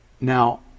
Now